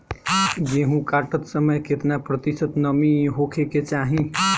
गेहूँ काटत समय केतना प्रतिशत नमी होखे के चाहीं?